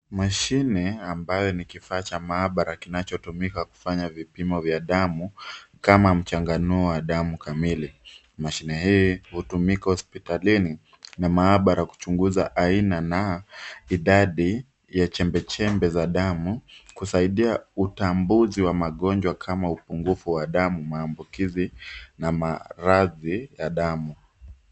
Mashine ambayo ni kifaa cha maabara kinachotumika kufanya vipimo vya damu kama mchanganuo wa damu kamili. Mashine hii hutumika hospitalini na maabara kuchunguza aina na idadi ya chembe chembe za damu, kusaidia utambuzi wa magonjwa kama upungufu wa damu, maambukizi na maradhi ya damu.